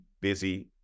busy